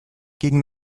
gegen